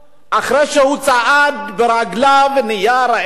אחרי שהוא צעד ברגליו ונהיה רעב,